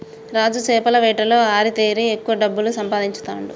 రాజు చేపల వేటలో ఆరితేరి ఎక్కువ డబ్బులు సంపాదించుతాండు